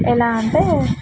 ఎలా అంటే